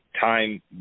Time